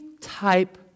type